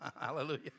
Hallelujah